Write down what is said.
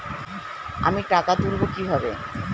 আমি টাকা তুলবো কি ভাবে?